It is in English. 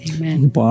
Amen